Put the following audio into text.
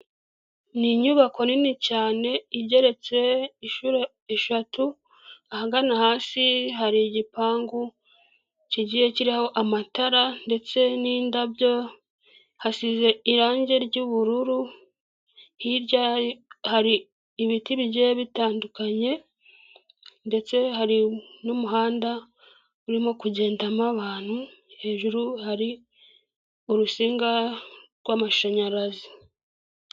Ni inyubako nini cyane igereretse inshuro eshatu, ahagana hasi hari igipangu kigiye kiriho amatara ndetse n'indabyo, hasize irangi ry'ubururu, hirya hari ibiti bigiye bitandukanye, ndetse hari n'umuhanda urimo kugendamo abantu, hejuru hari urusinga rw'amashanyarazi.